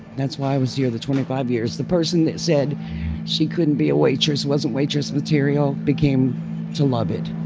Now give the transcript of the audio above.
that's why i was here the twenty five years. the person that said she couldn't be a waitress, wasn't waitress material, became to love it.